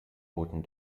boten